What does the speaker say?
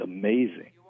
amazing